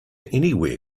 anywhere